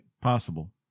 Possible